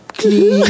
clean